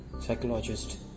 Psychologist